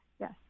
Yes